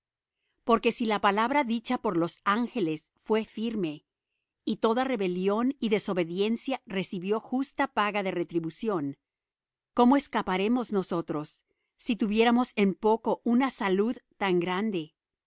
porque si la palabra dicha por los ángeles fué firme y toda rebeliíon y desobediencia recibió justa paga de retribución cómo escaparemos nosotros si tuviéremos en poco una salud tan grande